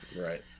Right